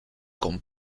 con